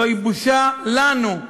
זוהי בושה לנו,